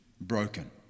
broken